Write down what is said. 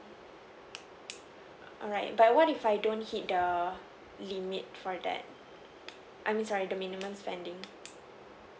alright but what if I don't hit the limit for that I'm sorry the minimum spending